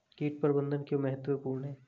कीट प्रबंधन क्यों महत्वपूर्ण है?